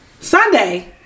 Sunday